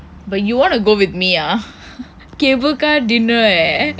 but you want to go with me ah cable car dinner eh